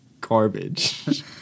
garbage